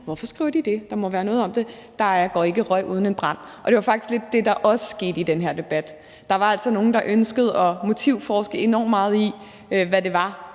Hvorfor skriver de det? Der må være noget om det. Der går ikke røg af en brand uden ild. Det var faktisk lidt det, der også skete i den her debat. Der var altså nogle, der ønskede at motivforske enormt meget i, hvad det var,